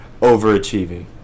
overachieving